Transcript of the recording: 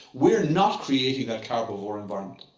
we're not creating that carbivore environment.